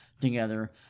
together